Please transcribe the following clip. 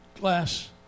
Glass